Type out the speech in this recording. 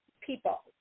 people